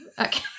Okay